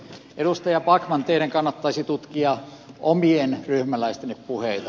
edustaja backman teidän kannattaisi tutkia omien ryhmäläistenne puheita